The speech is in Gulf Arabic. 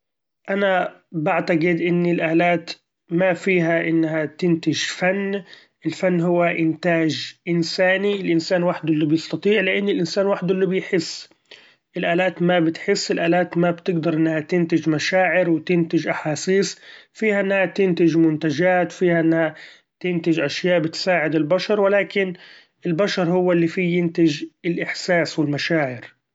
أنا بعتقد إن الآلات ما فيها إنها تنتچ فن، الفن هو إنتاچ إنساني لإن الإنسان وحده اللي بيستطيع ، لإن الإنسإن وحده اللي بيحس الآلات ما بتحس الآلات ما بتقدر إنها تنتچ مشاعر تنتچ احاسيس، فيها إنها تنتچ منتچات فيها إنها تنتچ اشياء بتساعد البشر، ولكن البشر هو اللي فيه ينتچ الاحساس والمشاعر.